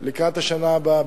לקראת השנה הבאה.